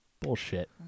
Bullshit